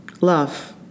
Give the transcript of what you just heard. Love